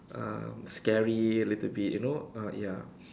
um scary a little bit you know ah ya